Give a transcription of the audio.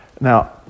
Now